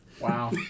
Wow